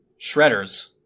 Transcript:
Shredders